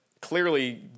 clearly